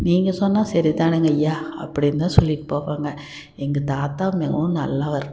நீங்கள் சொன்னால் சரிதானுங்கய்யா அப்படின்னுதான் சொல்லிவிட்டு போவாங்க எங்கள் தாத்தா மிகவும் நல்லவர்